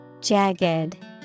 Jagged